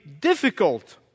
difficult